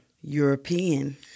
European